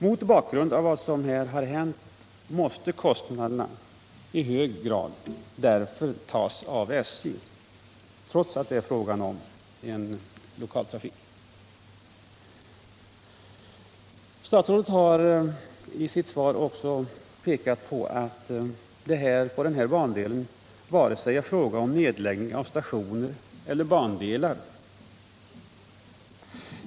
Mot bakgrund av vad som har hänt måste kostnaderna därför i hög grad tas av SJ trots att det är fråga om lokaltrafik. Statsrådet har i sitt svar också pekat på att det inte är fråga om nedläggning av vare sig stationer eller bandelar.